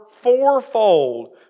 fourfold